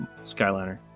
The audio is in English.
Skyliner